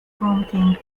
promoting